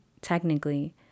technically